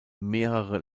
mehrere